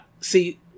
See